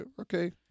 okay